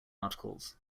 articles